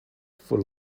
full